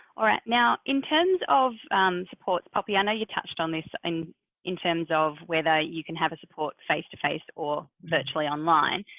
all right. now, in terms of supports, poppy, i know and you touched on this, and in terms of whether you can have a support face to face or virtually online,